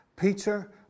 Peter